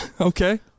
Okay